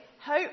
hope